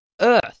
earth